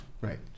Right